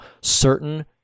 certain